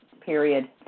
period